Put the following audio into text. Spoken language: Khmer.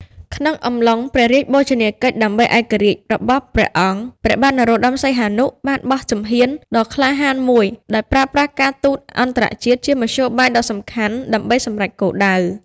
ក្នុងអំឡុង ព្រះរាជបូជនីយកិច្ចដើម្បីឯករាជ្យ របស់ព្រះអង្គ ព្រះបាទនរោត្ដម សីហនុ បានបោះជំហានដ៏ក្លាហានមួយ ដោយប្រើប្រាស់ការទូតអន្តរជាតិជាមធ្យោបាយដ៏សំខាន់ដើម្បីសម្រេចគោលដៅ។